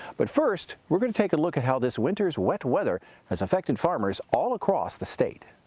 but first, we're gonna take a look at how this winter's wet weather has affected farmers all across the state.